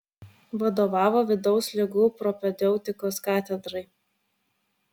vadovavo vidaus ligų propedeutikos katedrai